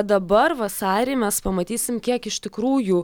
dabar vasarį mes pamatysim kiek iš tikrųjų